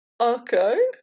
okay